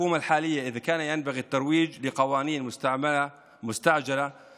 בתקופה האחרונה החברה שלנו מתמודדת עם מאבק קשה ביוקר המחיה,